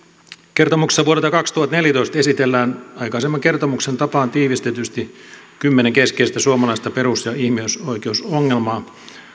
kertomuksessa vuodelta kaksituhattaneljätoista esitellään aikaisemman kertomuksen tapaan tiivistetysti kymmenen keskeistä suomalaista perus ja ihmisoikeusongelmaa